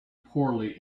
poorly